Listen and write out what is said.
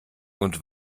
und